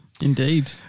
Indeed